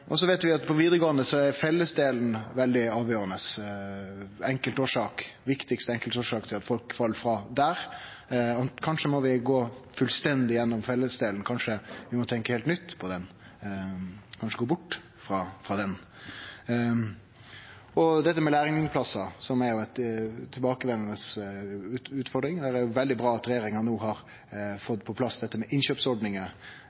valfag. Så veit vi at på vidaregåande er fellesdelen veldig avgjerande. Det er den viktigaste enkeltårsaka til at folk fell frå der. Kanskje må vi gå fullstendig gjennom fellesdelen, kanskje vi må tenkje heilt nytt på den, kanskje gå bort frå den. Når det gjeld lærlingplassar, som er ei tilbakevendande utfordring, er det veldig bra at regjeringa no har